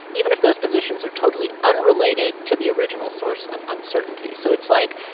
even if those positions are totally unrelated to the original source of uncertainty so it's like,